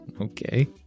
Okay